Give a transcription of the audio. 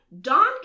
Don